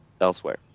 elsewhere